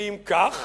ואם כך,